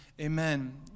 Amen